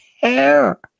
care